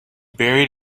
buried